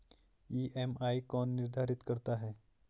EMI कौन निर्धारित करता है?